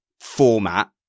format